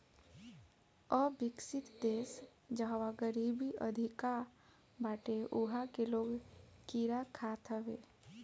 अविकसित देस जहवा गरीबी अधिका बाटे उहा के लोग कीड़ा खात हवे